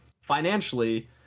financially